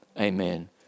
Amen